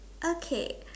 okay